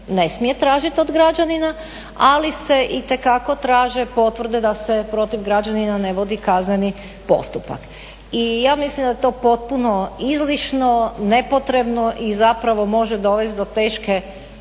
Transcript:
ne smije tražit od građanina, ali se itekako traže potvrde da se protiv građanina ne vodi kazneni postupak i ja mislim da je to potpuno izlišno, nepotrebno i zapravo može dovest do teške